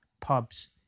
pubs